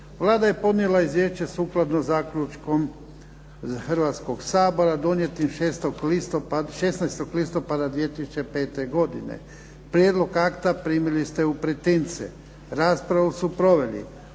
Vlada je podnijela izvješće sukladno zaključku Hrvatskoga sabora donijetog 16. listopada 2005. godine. Prijedlog akta primili ste u pretince. Raspravu su proveli